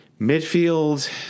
midfield